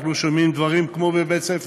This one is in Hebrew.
אנחנו שומעים דברים כמו בבית-ספר: